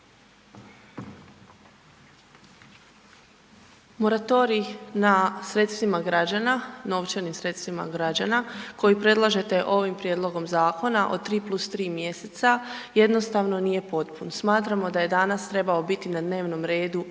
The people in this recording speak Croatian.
Moratorij na sredstvima građana, novčanim sredstvima građana, koji predlažete ovim prijedlogom zakona od 3+3 mjeseca jednostavno nije potpun. Smatramo da je danas trebao biti na dnevnom redu